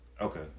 Okay